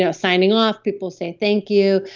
ah signing off, people say thank you.